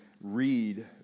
read